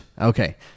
Okay